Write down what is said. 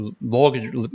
Mortgage